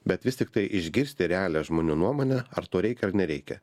bet vis tiktai išgirsti realią žmonių nuomonę ar to reikia ar nereikia